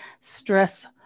stress